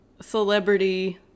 celebrity